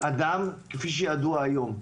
אדם כפי שידוע היום,